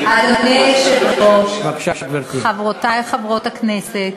אדוני היושב-ראש, חברותי חברות הכנסת,